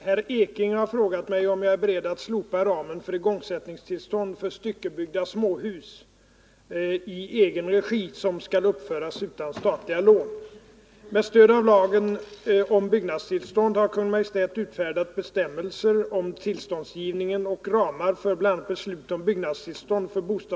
Herr talman! Herr Ekinge har frågat mig om jag är beredd att slopa ramen för igångsättningstillstånd för styckebyggda småhus i egen regi, som skall uppföras utan statliga lån.